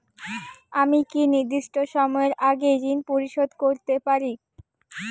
আমি কি নির্দিষ্ট সময়ের আগেই ঋন পরিশোধ করতে পারি?